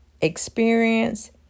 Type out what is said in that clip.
Experience